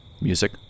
Music